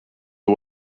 the